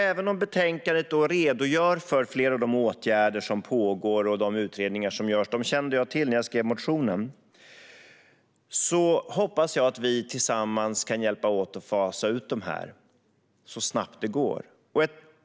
Även om betänkandet redogör för flera av de åtgärder som pågår och utredningar som görs - dessa kände jag till när jag skrev motionen - hoppas jag att vi tillsammans kan hjälpas åt att fasa ut dessa ämnen så snabbt det går.